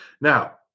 Now